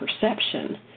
perception